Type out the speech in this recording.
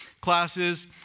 classes